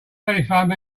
telephoned